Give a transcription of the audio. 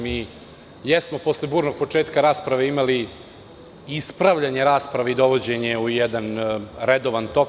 Mi jesmo posle burnog početka rasprave imali ispravljanje rasprave i dovođenje u jedan redovan tok.